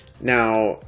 now